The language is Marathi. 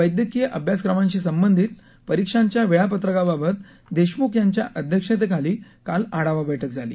वैद्यकीय अभ्यासक्रमांशी संबंधित परीक्षांच्या वेळापत्रकाबाबत देशम्ख यांच्या अध्यक्षतेखाली काल आढावा बैठक झाली